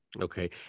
Okay